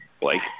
Blake